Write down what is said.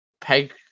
peg